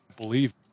Believe